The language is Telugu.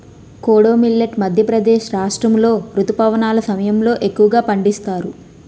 కోడో మిల్లెట్ మధ్యప్రదేశ్ రాష్ట్రాములో రుతుపవనాల సమయంలో ఎక్కువగా పండిస్తారు